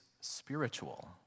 spiritual